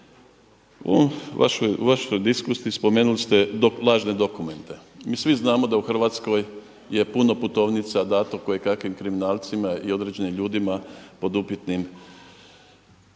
U vašoj diskusiji spomenuli ste lažne dokumente. Mi svi znamo da u Hrvatskoj je puno putovnica dato kojekakvim kriminalcima i određenim ljudima pod upitnim